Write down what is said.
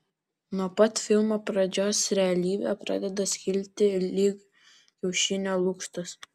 nuo pat filmo pradžios realybė pradeda skilti lyg kiaušinio lukštas